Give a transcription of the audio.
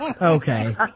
Okay